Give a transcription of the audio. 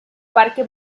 parque